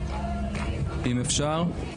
אם אפשר?